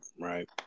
right